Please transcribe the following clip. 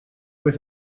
with